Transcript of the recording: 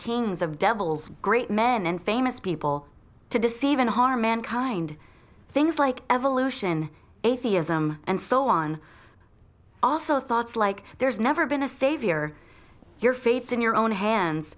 kings of devils great men and famous people to deceive and harm and kind things like evolution atheism and so on also thoughts like there's never been a savior your fates in your own hands